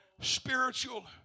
spiritual